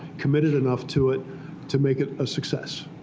committed enough to it to make it a success.